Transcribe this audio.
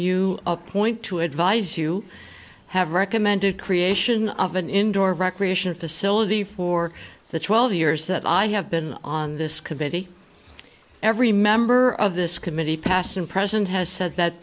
you appoint to advise you have recommended creation of an indoor recreation facility for the twelve years that i have been on this committee every member of this committee past and present has said that